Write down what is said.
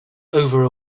over